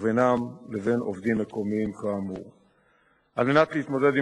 על עובדים ישראלים פוטנציאליים, שמקום עבודתם